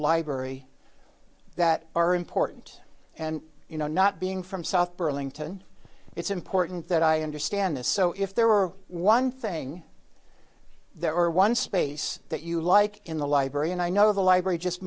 library that are important and you know not being from south burlington it's important that i understand this so if there were one thing there or one space that you like in the library and i know the library just